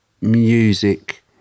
music